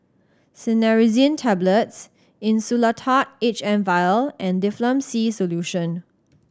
Cinnarizine Tablets Insulatard H M Vial and Difflam C Solution